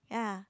ya